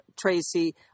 Tracy